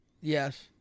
Yes